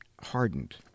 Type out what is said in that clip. hardened